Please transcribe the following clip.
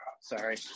sorry